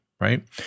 right